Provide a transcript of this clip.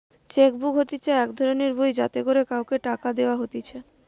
check book হতিছে এক ধরণের বই যাতে করে কাওকে টাকা দেওয়া হতিছে